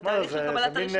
בתהליך של קבלת הרישיון.